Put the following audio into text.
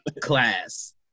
class